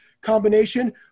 combination